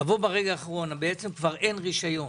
לבוא ברגע האחרון כשאין כבר רישיון